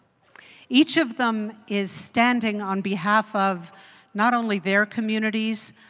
each of them is standing on behalf of not only their communities,